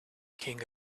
king